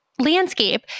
Landscape